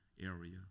area